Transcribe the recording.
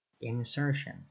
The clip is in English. Insertion